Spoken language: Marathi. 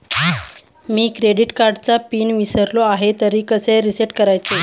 मी क्रेडिट कार्डचा पिन विसरलो आहे तर कसे रीसेट करायचे?